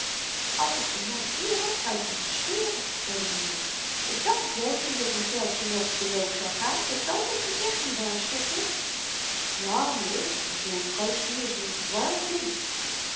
als ik den man hier had zou ik m verscheuren zei de moeder ik dacht het wel dat-i met m'n geldje n op den loop zou gaan k heb t altyd gezegd niet waar stoffel ja moeder zoo'n cautie is n gevaarlyk ding